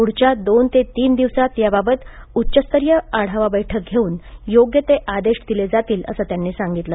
पुढच्या दोन ते तीन दिवसांत याबाबत उच्चस्तरीय आढावा बैठक घेऊन योग्य ते आदेश दिले जातील असे त्यांनी सांगितले